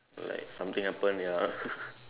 like something happened ya